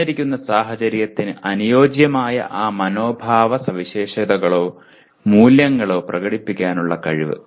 തന്നിരിക്കുന്ന സാഹചര്യത്തിന് അനുയോജ്യമായ ആ മനോഭാവ സവിശേഷതകളോ മൂല്യങ്ങളോ പ്രകടിപ്പിക്കാനുള്ള കഴിവ്